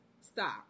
Stop